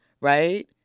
right